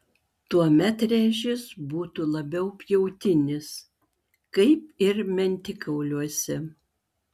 tuomet rėžis būtų labiau pjautinis kaip ir mentikauliuose